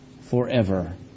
forever